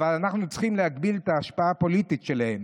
אבל אנחנו צריכים להגביל את ההשפעה הפוליטית שלהם".